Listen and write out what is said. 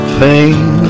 pain